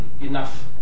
enough